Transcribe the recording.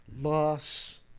loss